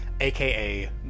aka